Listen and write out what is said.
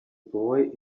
boy